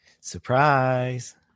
surprise